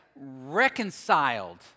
reconciled